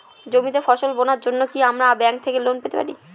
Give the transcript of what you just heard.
জমিতে ফসল বোনার জন্য কি আমরা ব্যঙ্ক থেকে লোন পেতে পারি?